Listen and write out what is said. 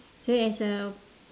so as a